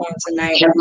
tonight